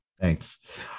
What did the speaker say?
Thanks